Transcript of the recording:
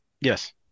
Yes